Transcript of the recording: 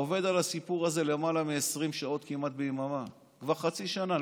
עובד על הסיפור הזה למעלה מ-20 שעות כמעט ביממה כבר חצי שנה.